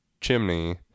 chimney